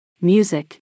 Music